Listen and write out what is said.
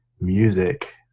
music